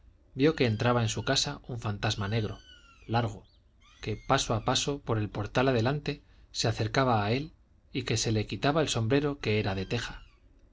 vio que entraba en su casa un fantasma negro largo que paso a paso por el portal adelante se acercaba a él y que se le quitaba el sombrero que era de teja